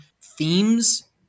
themes